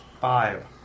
Five